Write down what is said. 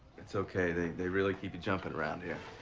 it's ok. they they really keep you jumping around here.